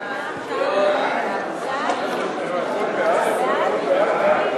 חוק הביטוח הלאומי